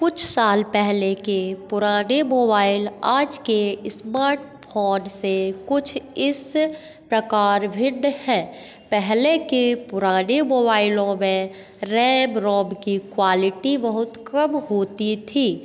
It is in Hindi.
कुछ साल पहले के पुराने मोबाइल आज के स्मार्टफ़ोन से कुछ इस प्रकार भिन्न है पहले के पुराने मोबाइलों में रैम रोम की क्वालिटी बहुत कम होती थी